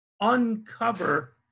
uncover